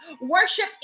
worship